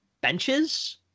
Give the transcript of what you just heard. benches